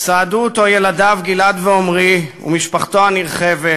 סעדו אותו ילדיו גלעד ועמרי ומשפחתו הנרחבת